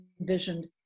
envisioned